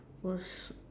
was